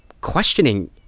questioning